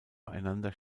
beieinander